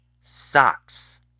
socks